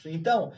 Então